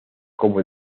como